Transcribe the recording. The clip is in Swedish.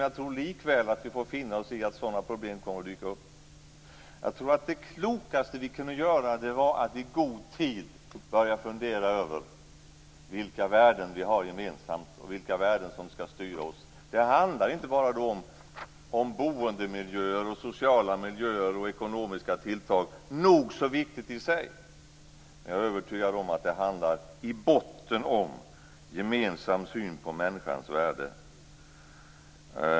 Jag tror likväl att vi får finna oss i att sådana problem kommer att dyka upp. Jag tror att det klokaste vi kunde göra vore att i god tid börja fundera över vilka värden vi har gemensamt och vilka värden som skall styra oss. Det handlar då inte bara om boendemiljöer, sociala miljöer och ekonomiska tilltag, som i sig är nog så viktigt. Jag är övertygad om att det i botten handlar om en gemensam syn på människans värde.